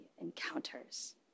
encounters